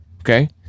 Okay